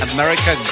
America